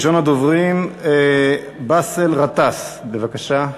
ראשון הדוברים, באסל גטאס, בבקשה,